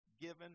given